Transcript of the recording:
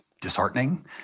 disheartening